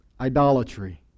Idolatry